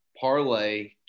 Parlay